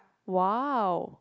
!wow!